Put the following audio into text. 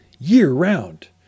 year-round